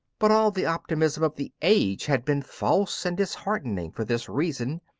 but all the optimism of the age had been false and disheartening for this reason,